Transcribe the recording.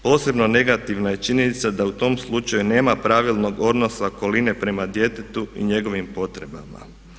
Posebno negativna je činjenica da u tom slučaju nema pravilnog odnosa okoline prema djetetu i njegovim potrebama.